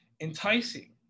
Enticing